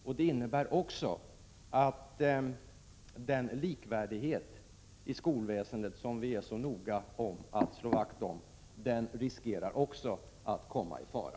Det — 21 januari 1987 innebär också att likvärdigheten i skolväsendet, som vi är så noga med att slå 5 Om våldet i skolan och vakt om, kommer i fara.